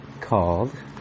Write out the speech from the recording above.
called